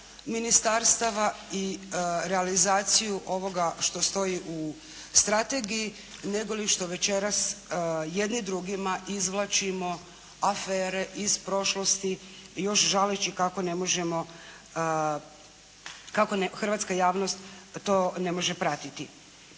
ministarstava i realizaciju ovoga što stoji u strategiji, negoli što večeras jedni drugima izvlačimo afere iz prošlosti još žaleći kako ne možemo, kako hrvatska javnost to ne može pratiti.